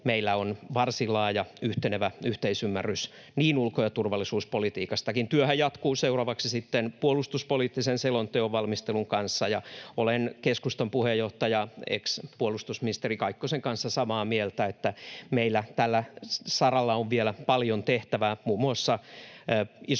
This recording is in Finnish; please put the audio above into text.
meillä on varsin laaja yhtenevä yhteisymmärrys ulko- ja turvallisuuspolitiikastakin. Työhän jatkuu seuraavaksi sitten puolustuspoliittisen selonteon valmistelun kanssa, ja olen keskustan puheenjohtaja, ex-puolustusministeri Kaikkosen kanssa samaa mieltä, että meillä tällä saralla on vielä paljon tehtävää, muun muassa isot